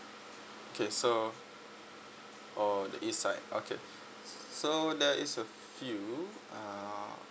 okay so oh the east side okay so there is a few uh